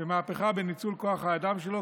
ומהפכה בניצול כוח האדם שלו,